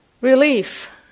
relief